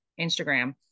instagram